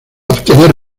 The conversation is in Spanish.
obtener